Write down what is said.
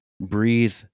breathe